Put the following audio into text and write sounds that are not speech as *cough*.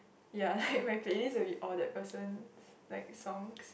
ya *breath* my playlist will be all the person's like songs